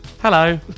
Hello